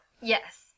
Yes